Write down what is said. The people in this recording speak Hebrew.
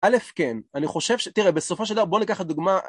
א', כן, אני חושב ש... תראה, בסופו של דבר בואו ניקח את הדוגמה...